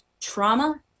trauma